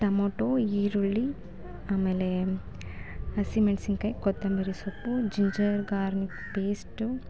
tomato ಈರುಳ್ಳಿ ಆಮೇಲೆ ಹಸಿಮೆಣ್ಸಿನ್ಕಾಯಿ ಕೊತ್ತಂಬರಿ ಸೊಪ್ಪು ಜಿಂಜರ್ ಗಾರ್ಲಿಕ್ ಪೇಸ್ಟು